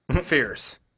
fierce